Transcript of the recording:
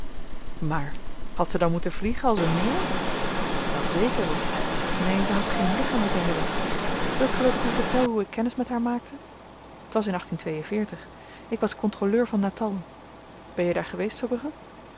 maar had ze dan moeten vliegen als een meeuw wel zeker of neen ze had geen lichaam moeten hebben wilt ge dat ik u vertel hoe ik kennis met haar maakte t was in ik was kontroleur van natal ben je daar geweest